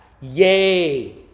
yay